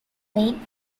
main